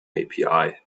api